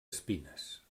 espines